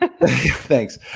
thanks